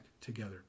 together